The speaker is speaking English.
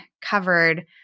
covered